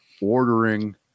ordering